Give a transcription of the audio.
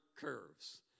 curves